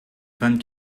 vingt